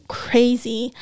crazy